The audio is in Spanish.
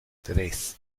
tres